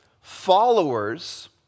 followers